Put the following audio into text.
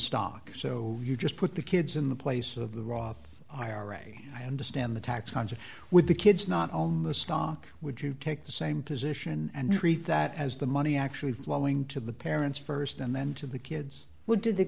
stock so you just put the kids in the place of the roth ira i understand the tax concept with the kids not on the stock would you take the same position and treat that as the money actually flowing to the parents st and then to the kids would do the